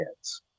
kids